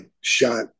shot